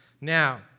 Now